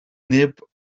neb